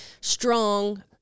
strong